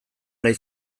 nahi